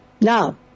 Now